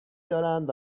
دارند